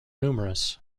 numerous